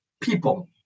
people